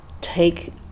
take